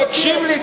תקשיב לי,